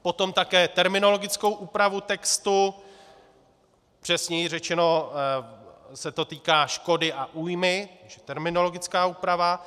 Potom také terminologickou úpravu textu, přesněji řečeno se to týká škody a újmy, terminologická úprava.